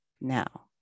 now